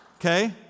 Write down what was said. okay